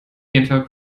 genfer